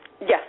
Yes